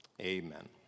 Amen